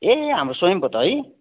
ए हाम्रो स्वयम् पो त है